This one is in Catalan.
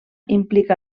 implica